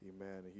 Amen